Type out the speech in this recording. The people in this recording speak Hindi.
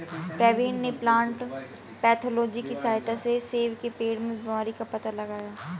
प्रवीण ने प्लांट पैथोलॉजी की सहायता से सेब के पेड़ में बीमारी का पता लगाया